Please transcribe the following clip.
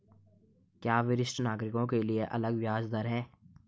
क्या वरिष्ठ नागरिकों के लिए अलग ब्याज दर है?